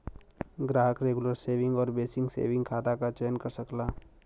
ग्राहक regular saving आउर basic saving खाता क चयन कर सकला